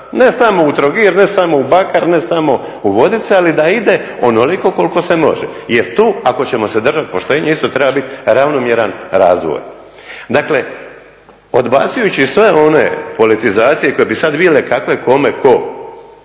Ne samo u Trogir, ne samo u Bakar, ne samo u Vodice ali da ide onoliko koliko se može jel tu ako ćemo se držati poštenja isto treba biti ravnomjeran razvoj. Dakle odbacujući sve one politizacije koje su bile kakve, kome, tko